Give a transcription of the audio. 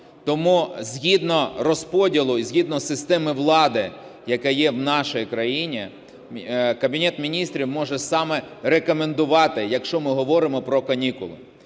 Тому згідно розподілу і згідно системи влади, яка є в нашій країні, Кабінет Міністрів може саме рекомендувати, якщо ми говоримо про канікули.